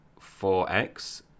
4X